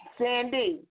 Sandy